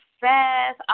fast